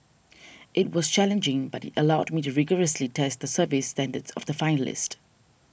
it was challenging but it allowed me to rigorously test the service standards of the finalist